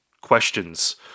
questions